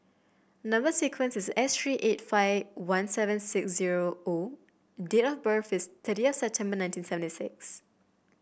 number sequence is S three eight five one seven six zero O date of birth is thirtieth September nineteen seventy six